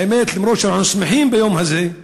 האמת, למרות שאנחנו שמחים ביום הזה,